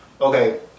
okay